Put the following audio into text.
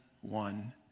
one